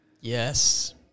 Yes